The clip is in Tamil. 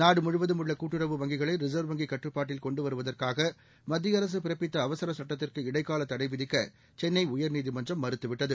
நாடு முழுவதும் உள்ள கூட்டுறவு வங்கிகளை ரின்வ் வங்கி கட்டுப்பாட்டில் கொண்டு வருவதற்காக மத்திய அரசு பிறப்பித்த அவசர சுட்டத்திற்கு இடைக்கால தடை விதிக்க சென்னை உயா்நீதிமன்றம் மறுத்தவிட்டது